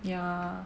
yeah